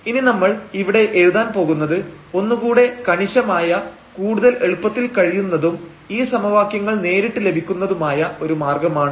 ഇനി നമ്മൾ ഇവിടെ എഴുതാൻ പോകുന്നത് ഒന്നുകൂടെ കണിശമായ കൂടുതൽ എളുപ്പത്തിൽ കഴിയുന്നതും ഈ സമവാക്യങ്ങൾ നേരിട്ട് ലഭിക്കുന്നതുമായ ഒരു മാർഗമാണ്